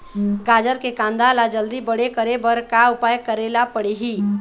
गाजर के कांदा ला जल्दी बड़े करे बर का उपाय करेला पढ़िही?